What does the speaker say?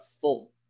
full